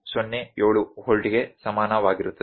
07 ವೋಲ್ಗೆ ಸಮಾನವಾಗಿರುತ್ತದೆ